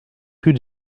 rue